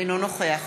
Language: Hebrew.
אינו נוכח